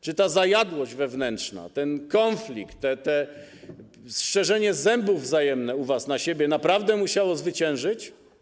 Czy ta zajadłość wewnętrzna, ten konflikt, to szczerzenie zębów wzajemne u was na siebie naprawdę musiało zwyciężyć?